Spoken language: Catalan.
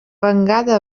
fangada